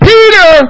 Peter